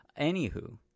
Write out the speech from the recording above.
Anywho